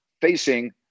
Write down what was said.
facing